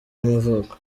y’amavuko